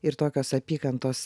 ir tokios apykantos